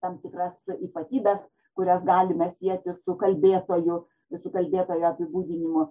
tam tikras ypatybes kurias galime sieti su kalbėtoju su kalbėtojo apibūdinimu